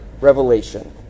revelation